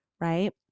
right